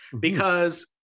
because-